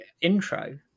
intro